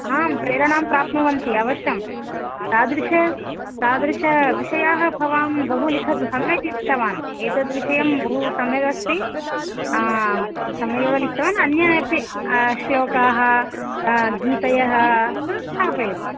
आम् प्रेरणां प्राप्नुवन्ति अवश्यं तादृश तादृशविषयाः भवान् बहु लिखतु सम्यक् लिखितवान् एद्विषयं बहुसम्यगस्ति आं समये एव लिखितवान् अन्य अपि श्लोकाः गीतयः संस्थापयतु